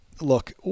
look